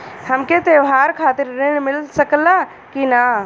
हमके त्योहार खातिर त्रण मिल सकला कि ना?